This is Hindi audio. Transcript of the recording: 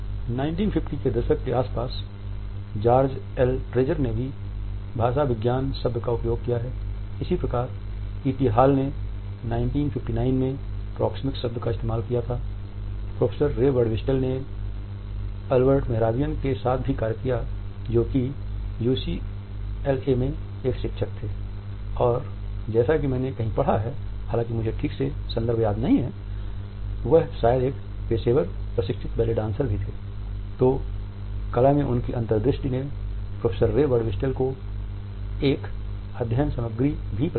1950 के दशक के आसपास जॉर्ज एल ट्रेजर ने भाषाविज्ञान शब्द का उपयोग किया है इसी प्रकार ईटी हॉल ने 1959 में प्रोक्सिम्स शब्द का इस्तेमाल कियातो कला में उनकी अंतर्दृष्टि ने प्रोफेसर रे बर्डविस्टेल को एक अध्ययन सामग्री भी प्रदान की